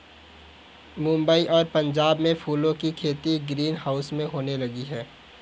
मुंबई और पंजाब में फूलों की खेती ग्रीन हाउस में होने लगी है